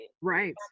right